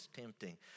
tempting